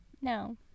No